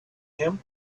him